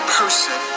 person